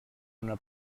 una